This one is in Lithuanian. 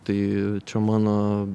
tai čia mano